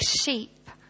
sheep